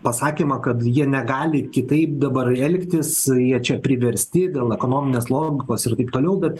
pasakymą kad jie negali kitaip dabar elgtis jie čia priversti dėl ekonominės logikos ir taip toliau bet